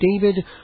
David